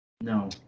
No